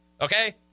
Okay